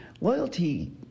Loyalty